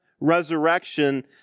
resurrection